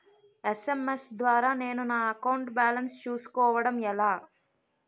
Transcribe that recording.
SMS ద్వారా నేను నా అకౌంట్ బాలన్స్ చూసుకోవడం ఎలా?